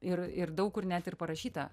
ir ir daug kur net ir parašyta